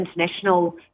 international